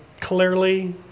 clearly